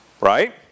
Right